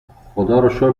خداروشکر